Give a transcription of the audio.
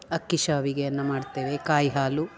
ಅಕ್ಕಿ ಶಾವಿಗೆಯನ್ನ ಮಾಡ್ತೇವೆ ಕಾಯಿ ಹಾಲು